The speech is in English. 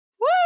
Woo